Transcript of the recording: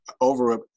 over